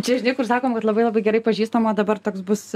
čia žinai kur sakom kad labai labai gerai pažįstam o dabar toks bus